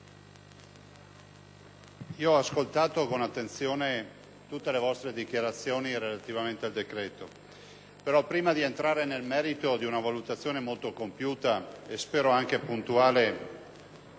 ho ascoltato con attenzione tutte le dichiarazioni relative al decreto-legge in esame. Prima di entrare nel merito di una valutazione molto compiuta e spero anche puntuale